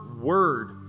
word